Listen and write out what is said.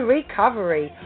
Recovery